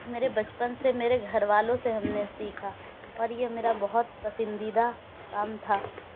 میرے بچپن سے میرے گھر والوں سے ہم نے سیکھا اور یہ میرا بہت پسندیدہ کام تھا